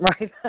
Right